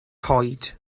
coed